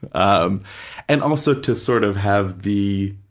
um and also to sort of have the,